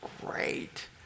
great